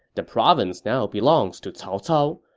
the province now belongs to cao cao.